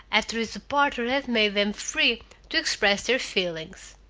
after his departure had made them free to express their feelings.